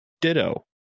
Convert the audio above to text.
ditto